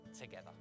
together